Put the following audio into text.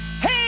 Hey